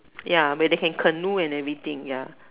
ya where they can canoe and everything ya